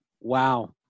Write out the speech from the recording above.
Wow